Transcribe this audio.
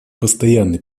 постоянный